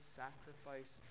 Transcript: sacrifice